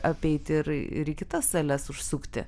apeiti ir ir į kitas sales užsukti